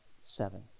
seven